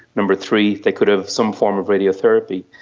number three, they could have some form of radiotherapy.